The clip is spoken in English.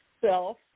self